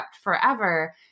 forever